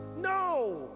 no